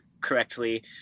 correctly